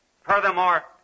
Furthermore